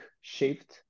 shift